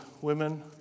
women